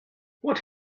what